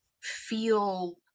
feel